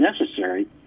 necessary